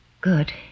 Good